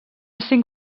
cinc